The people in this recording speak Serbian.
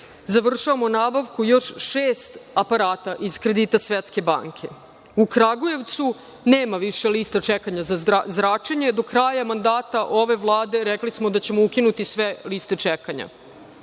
završavamo nabavku još šest aparata iz kredita Svetske banke.U Kragujevcu nema više lista čekanja za zračenje. Do kraja mandata ove Vlade rekli smo da ćemo ukinuti sve liste čekanja.